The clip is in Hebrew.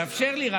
רק תאפשר לי,